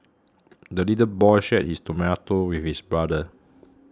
the little boy shared his tomato with his brother